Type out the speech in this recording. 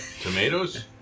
tomatoes